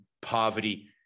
poverty